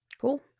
Cool